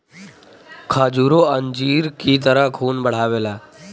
खजूरो अंजीर की तरह खून बढ़ावेला